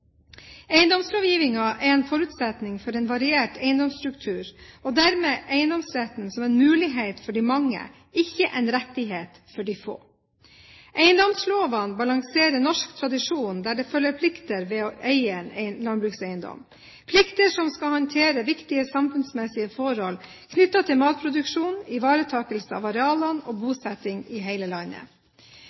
er en forutsetning for en variert eiendomsstruktur og dermed eiendomsretten som en mulighet for de mange, ikke en rettighet for de få. Eiendomslovene balanserer norsk tradisjon, der det følger plikter med å eie en landbrukseiendom – plikter som skal håndtere viktige samfunnsmessige forhold knyttet til matproduksjon, ivaretakelse av arealene og bosetting i hele landet.